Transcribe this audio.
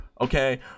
okay